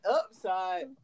upside